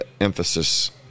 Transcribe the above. emphasis